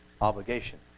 obligation